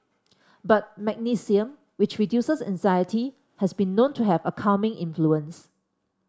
but magnesium which reduces anxiety has been known to have a calming influence